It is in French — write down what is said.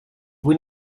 vous